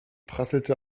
prasselte